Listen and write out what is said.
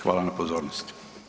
Hvala na pozornosti.